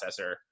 processor